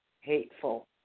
hateful